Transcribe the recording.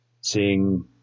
seeing